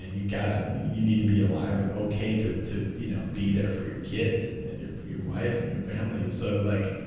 you got it. you need to be alive and ok to, you know, be there for your kids and and your your wife and your family. so like,